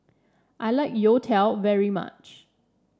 I like youtiao very much